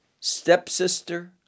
stepsister